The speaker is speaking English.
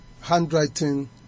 handwriting